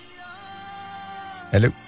Hello